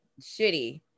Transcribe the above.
Shitty